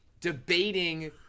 debating